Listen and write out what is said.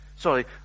Sorry